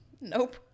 nope